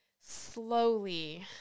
slowly